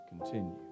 continue